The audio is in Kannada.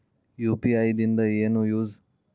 ಯು.ಪಿ.ಐ ದಿಂದ ಏನು ಯೂಸ್?